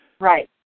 Right